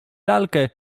lalkę